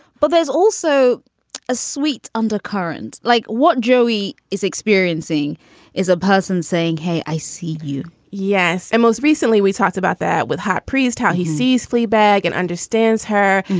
but there's also a sweet undercurrent like what joey is experiencing is a person saying, hey, i see you yes. and most recently, we talked about that with hot priest, how he sees fleabag and understands her.